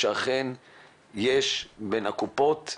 שאכן יש בין הקופות,